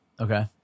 Okay